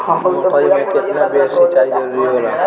मकई मे केतना बेर सीचाई जरूरी होला?